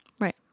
right